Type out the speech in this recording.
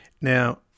Now